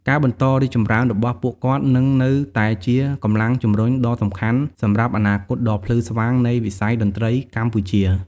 ការបន្តរីកចម្រើនរបស់ពួកគាត់នឹងនៅតែជាកម្លាំងជំរុញដ៏សំខាន់សម្រាប់អនាគតដ៏ភ្លឺស្វាងនៃវិស័យតន្ត្រីកម្ពុជា។